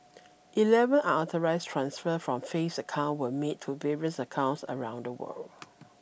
eleven unauthorised transfers from Faith's account were made to various accounts around the world